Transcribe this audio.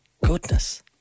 goodness